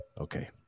Okay